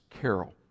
Carol